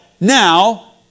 now